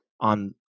on